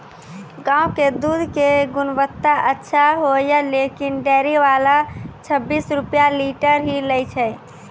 गांव के दूध के गुणवत्ता अच्छा होय या लेकिन डेयरी वाला छब्बीस रुपिया लीटर ही लेय छै?